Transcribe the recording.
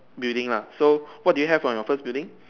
building lah so what did you have on your first building